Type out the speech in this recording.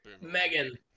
Megan